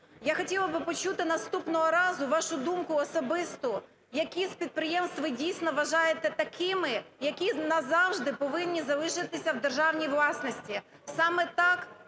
Я хотіла би почути наступного разу вашу думку особисту, які з підприємств ви дійсно вважаєте такими, які назавжди повинні залишитися в державній власності. Саме так